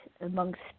amongst